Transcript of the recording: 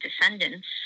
descendants